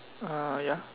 ya